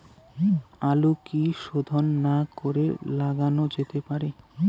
আলু কি শোধন না করে লাগানো যেতে পারে?